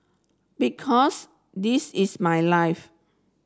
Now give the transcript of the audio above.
because this is my life